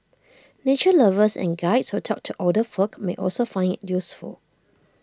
nature lovers and Guides who talk to older folk may also find IT useful